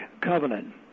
covenant